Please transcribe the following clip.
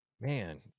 man